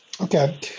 okay